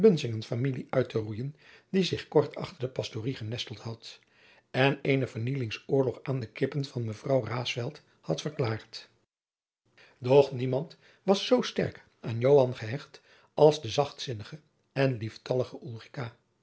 eene bunsingenfamilie uitteroeien die zich kort achter de pastory genesteld had en eenen vernielingsoorlog aan de kippen van mejuffrouw raesfelt had verklaard doch niemand was zoo sterk aan joan gehecht als de zachtzinnige en lieftallige